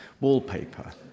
wallpaper